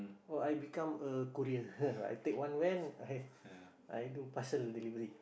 or I become a courier I take one van I I do parcel delivery